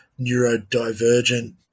neurodivergent